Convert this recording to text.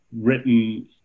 written